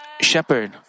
shepherd